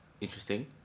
interesting